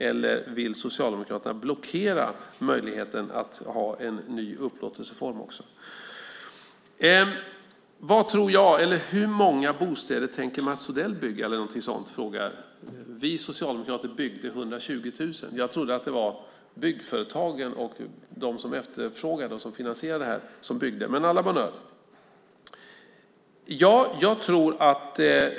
Eller vill Socialdemokraterna blockera möjligheten till en ny upplåtelseform? Det frågades också hur många bostäder Mats Odell tänker bygga och sades att Socialdemokraterna byggde 120 000. Jag trodde att det var byggföretagen och de som finansierar byggandet som också byggde bostäderna, men à la bonne heure!